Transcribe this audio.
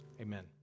amen